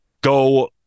go